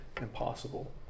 impossible